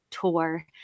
tour